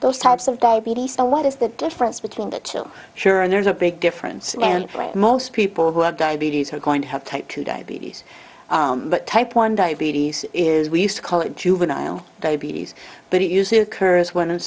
those types of diabetes a lot is the difference between the chill sure and there's a big difference and most people who have diabetes are going to have type two diabetes but type one diabetes is we used to call it juvenile diabetes but it usually occurs when